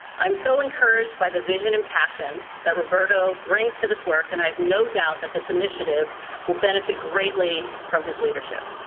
i'm so encouraged by the vision and passion that roberto brings to this work, and i have no doubt that this initiative will benefit greatly from his leadership.